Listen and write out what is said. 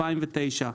2009,